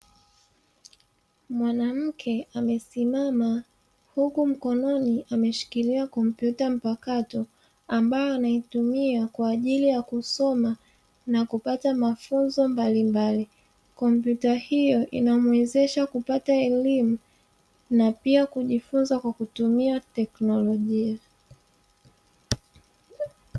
Mwanamke amesimama huku mkononi ameshikilia kompyuta mpakato ambayo anaitumia kwaajili ya kusoma na kupata mafunzo mbalimbali, kompyuta hiyo inamuwezesha kupata elimu na pia kujifunza kwa kutumia teknolojia.